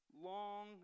long